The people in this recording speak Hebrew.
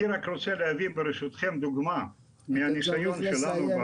דבר נוסף